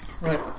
Right